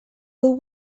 dur